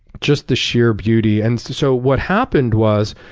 just the sheer beauty. and so so what happened was,